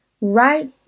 right